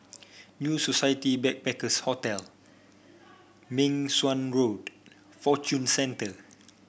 New Society Backpackers' Hotel Meng Suan Road Fortune Centre